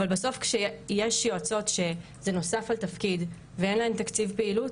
אבל בסוף כשיש יועצות שזה נוסף על תפקיד ואין להן תקציב פעילות,